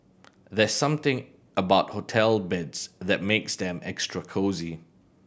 there's something about hotel beds that makes them extra cosy